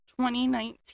2019